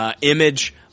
image